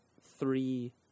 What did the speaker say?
three